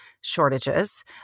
shortages